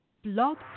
Blog